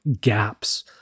gaps